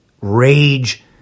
rage